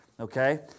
Okay